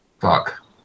Fuck